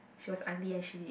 she was ugly and she